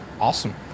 Awesome